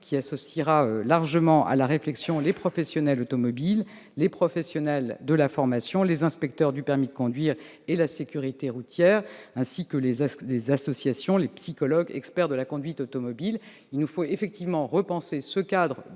qui associera largement les professionnels automobiles, ceux de la formation, les inspecteurs du permis de conduire et la sécurité routière, ainsi que les associations, les psychologues experts de la conduite automobile. Il nous faut effectivement repenser le